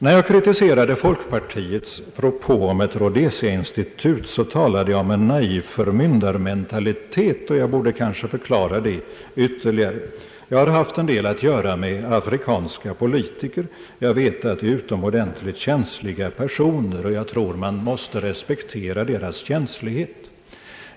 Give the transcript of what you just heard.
När jag kritiserade folkpartiets propå om ett Rhodesia-institut, talade jag om en naiv förmyndarmentalitet, och jag borde kanske förklara detta uttalande ytterligare. Jag har haft en del att göra med afrikanska politiker, och jag vet att de är utomordentligt känsliga personer. Jag tror att man måste respektera deras känslighet.